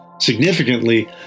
Significantly